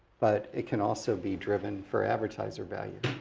but it can also be driven for advertiser value.